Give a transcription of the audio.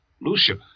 Lucia